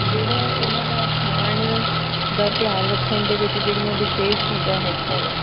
ਜਿਹੜਾ ਇਹਨਾਂ ਦਾ ਖਾਣ ਦਾ ਧਿਆਨ ਰੱਖਣ ਦੇ ਵਿੱਚ ਜਿਹੜੀਆਂ ਵਿਸ਼ੇਸ਼ ਚੀਜ਼ਾਂ ਹੈਗੀਆਂ ਨੇ